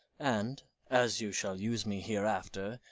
and, as you shall use me hereafter,